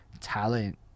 talent